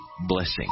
blessing